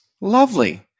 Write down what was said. Lovely